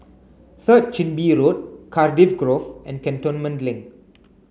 Third Chin Bee Road Cardiff Grove and Cantonment Link